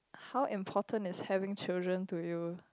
how important is having children to you